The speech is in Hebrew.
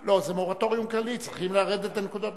אבל, במורטוריום כללי צריך, את הנקודות.